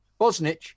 Bosnich